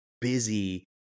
busy